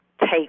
take